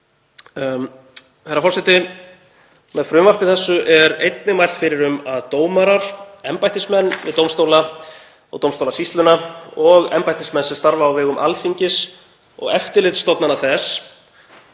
Herra forseti. Með frumvarpi þessu er einnig mælt fyrir um að dómarar, embættismenn við dómstóla og dómstólasýsluna og embættismenn sem starfa á vegum Alþingis og eftirlitsstofnana þess,